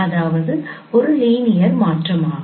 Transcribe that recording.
அதாவது ஒரு லீனியர் மாற்றம் ஆகும்